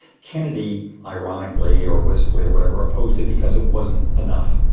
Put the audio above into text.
kennedy, ironically, or wistfully, or whatever, opposed it because it wasn't enough,